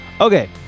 Okay